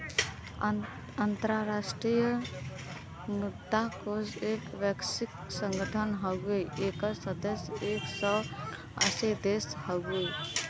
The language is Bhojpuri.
अंतराष्ट्रीय मुद्रा कोष एक वैश्विक संगठन हउवे एकर सदस्य एक सौ नवासी देश हउवे